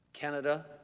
Canada